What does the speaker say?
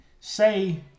say